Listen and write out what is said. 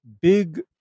big